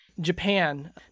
Japan